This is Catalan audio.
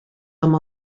amb